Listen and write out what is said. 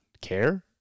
care